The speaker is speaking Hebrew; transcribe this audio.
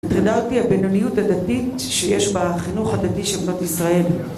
מטרידה אותי הבינוניות הדתית שיש בחינוך הדתי של בנות ישראל